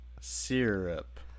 Syrup